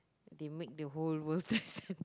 they make the World-Trade-Centre